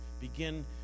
begin